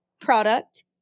product